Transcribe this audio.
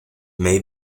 may